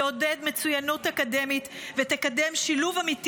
תעודד מצוינות אקדמית ותקדם שילוב אמיתי